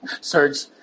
Serge